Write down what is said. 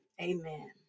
Amen